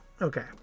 Okay